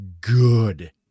good